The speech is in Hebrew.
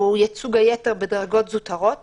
היא ייצוג היתר בדרגות זוטרות